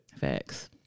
Facts